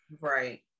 Right